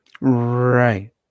Right